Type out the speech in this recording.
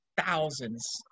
thousands